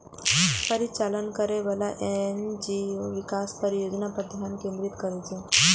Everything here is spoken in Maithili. परिचालन करैबला एन.जी.ओ विकास परियोजना पर ध्यान केंद्रित करै छै